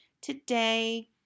today